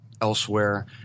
elsewhere